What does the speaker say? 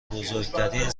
بزرگترین